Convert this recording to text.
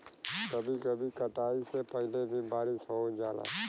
कभी कभी कटाई से पहिले भी बारिस हो जाला